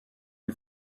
who